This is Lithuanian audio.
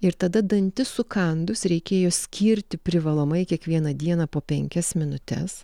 ir tada dantis sukandus reikėjo skirti privalomai kiekvieną dieną po penkias minutes